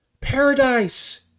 paradise